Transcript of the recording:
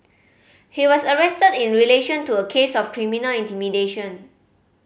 he was arrested in relation to a case of criminal intimidation